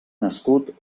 nascut